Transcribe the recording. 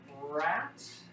rat